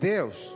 Deus